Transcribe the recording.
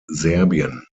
serbien